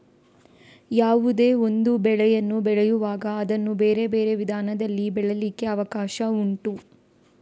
ಯಾವುದೇ ಒಂದು ಬೆಳೆಯನ್ನು ಬೆಳೆಯುವಾಗ ಅದನ್ನ ಬೇರೆ ಬೇರೆ ವಿಧಾನದಲ್ಲಿ ಬೆಳೀಲಿಕ್ಕೆ ಅವಕಾಶ ಉಂಟು